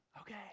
okay